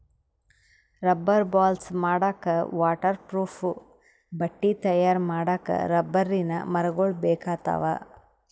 rubber balls ಮಾಡಕ್ಕಾ waterproof ಬಟ್ಟಿ ತಯಾರ್ ಮಾಡಕ್ಕ್ ರಬ್ಬರಿನ್ ಮರಗೊಳ್ ಬೇಕಾಗ್ತಾವ